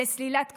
לסלילת כבישים,